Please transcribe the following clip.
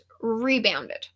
rebounded